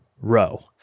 row